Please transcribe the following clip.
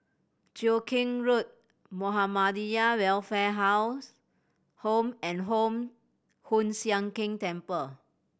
Cheow Keng Road Muhammadiyah Welfare House Home and Home Hoon Sian Keng Temple